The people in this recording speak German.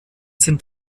sind